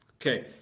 Okay